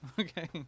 okay